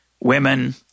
women